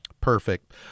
Perfect